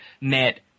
met